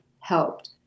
helped